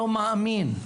לא מאמין.